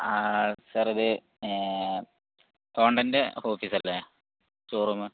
sir ഇത് government ഓഫീസല്ലേ showroom